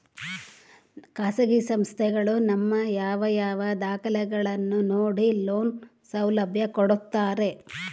ಖಾಸಗಿ ಸಂಸ್ಥೆಗಳು ನಮ್ಮ ಯಾವ ಯಾವ ದಾಖಲೆಗಳನ್ನು ನೋಡಿ ಲೋನ್ ಸೌಲಭ್ಯ ಕೊಡ್ತಾರೆ?